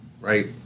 right